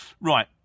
Right